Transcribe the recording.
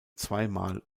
zweimal